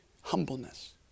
humbleness